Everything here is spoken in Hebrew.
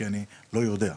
כי אני לא יודע,